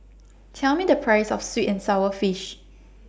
Tell Me The Price of Sweet and Sour Fish